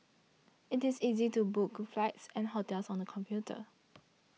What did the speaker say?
it is easy to book flights and hotels on the computer